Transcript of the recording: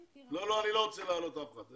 אני לא רוצה להעלות אף אחד,